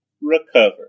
recover